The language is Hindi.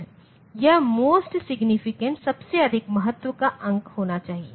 यह मोस्ट सिग्नीफिकेंट सबसे अधिक महत्व का अंक होना चाहिए